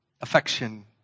affection